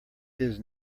his